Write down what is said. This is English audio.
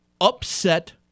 upset